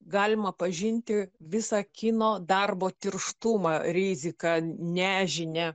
galima pažinti visą kino darbo tirštumą riziką nežinią